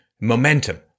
momentum